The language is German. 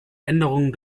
änderungen